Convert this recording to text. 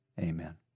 Amen